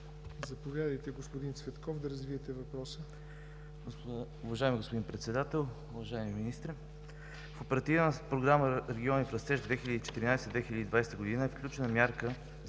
Заповядайте, господин Цветков, да развиете въпроса.